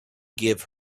give